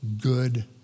good